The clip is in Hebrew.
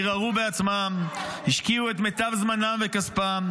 ערערו בעצמם, השקיעו את מיטב זמנם וכספם,